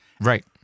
Right